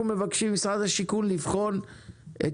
אנחנו מבקשים ממשרד השיכון לבחון את